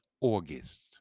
August